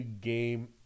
game